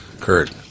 Kurt